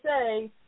say